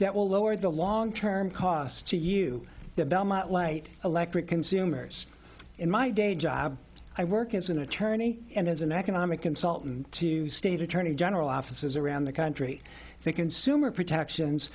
that will lower the long term cost to you the belmont light electric consumers in my day job i work as an attorney and as an economic consultant to state attorney general offices around the country the consumer protections